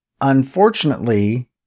Unfortunately